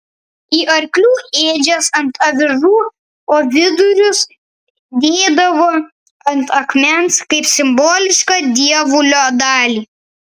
į arklių ėdžias ant avižų o vidurius dėdavo ant akmens kaip simbolišką dievulio dalį